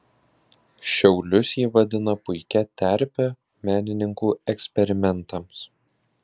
šiaulius ji vadina puikia terpe menininkų eksperimentams